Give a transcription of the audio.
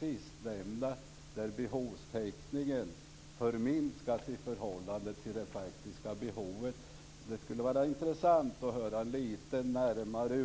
Man täcker behoven i mindre utsträckning i förhållande till det faktiska behovet. Det skulle vara intressant att höra litet närmare